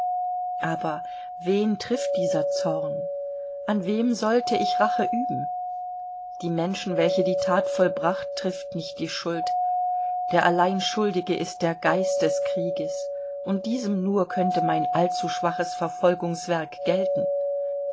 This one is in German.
aber wen trifft dieser zorn an wem sollte ich rache üben die menschen welche die that vollbracht trifft nicht die schuld der allein schuldige ist der geist des krieges und diesem nur könnte mein allzuschwaches verfolgungswerk gelten